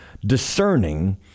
discerning